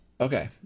Okay